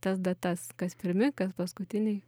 tas datas kas pirmi kas paskutiniai